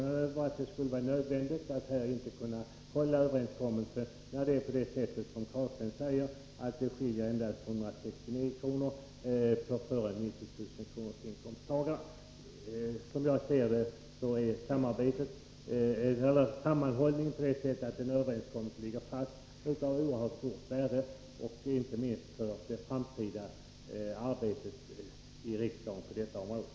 Att det skulle vara nödvändigt att bryta överenskommelsen förvånar mig kanske än mer mot bakgrund av att det, som Rune Carlstein sade, skiljer endast med 169 kr. för en 90 000-kronorsinkomsttagare. Som jag ser det är respekten för att överenskommelsen ligger fast av oerhört stort värde, inte minst för det framtida arbetet på detta område i riksdagen.